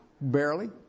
barely